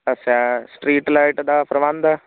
ਅੱਛਾ street light ਦਾ ਪ੍ਰਬੰਧ